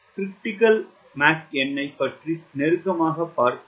நான் Mcr ஐ பற்றி நெருக்கமாகப் பார்ப்போம்